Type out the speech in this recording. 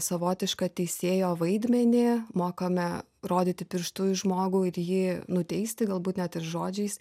savotišką teisėjo vaidmenį mokame rodyti pirštu į žmogų ir jį nuteisti galbūt net ir žodžiais